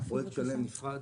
זה פרויקט שלם, נפרד.